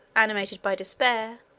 animated by despair,